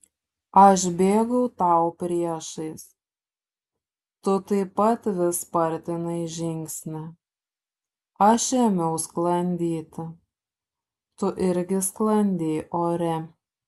aš bėgau tau priešais tu taip pat vis spartinai žingsnį aš ėmiau sklandyti tu irgi sklandei ore